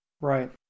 Right